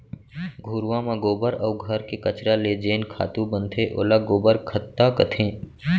घुरूवा म गोबर अउ घर के कचरा ले जेन खातू बनथे ओला गोबर खत्ता कथें